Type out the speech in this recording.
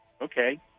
Okay